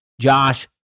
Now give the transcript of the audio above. Josh